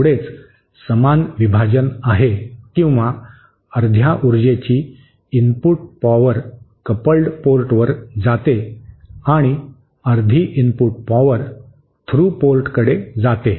तेवढेच समान विभाजन आहे किंवा अर्ध्या उर्जेची इनपुट पॉवर कपलड पोर्टवर जाते आणि अर्धी इनपुट पॉवर थ्रू पोर्टकडे जाते